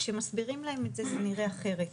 כשמסבירים להם זה נראה אחרת.